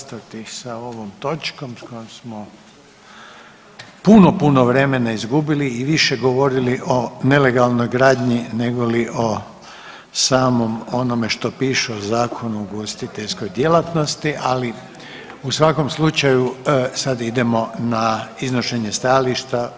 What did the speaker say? Sad ćemo zastati sa ovom točkom s kojom smo puno, puno vremena izgubili i više govorili o nelegalnoj gradnji negoli o samom onome što piše u Zakonu o ugostiteljskoj djelatnosti, ali u svakom slučaju, sada idemo na iznošenje stajališta.